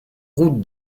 route